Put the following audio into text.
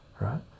Right